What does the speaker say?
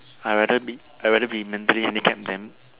I rather be I rather be handling any camp then